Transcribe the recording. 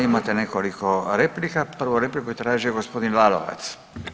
Imate nekoliko replika, prvu repliku je tražio gospodin Lalovac.